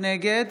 נגד